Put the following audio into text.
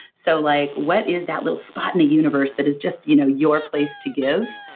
so, like what is that little spot in the universe that is just you know your place to give.